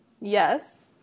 Yes